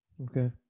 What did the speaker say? okay